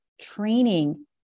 training